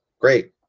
great